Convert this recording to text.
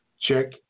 Check